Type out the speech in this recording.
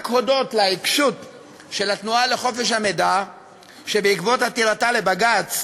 רק הודות לעיקשות של התנועה לחופש המידע ובעקבות עתירתה לבג"ץ,